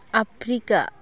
Africa